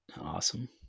awesome